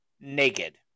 naked